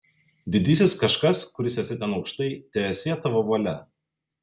didysis kažkas kuris esi ten aukštai teesie tavo valia